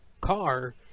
car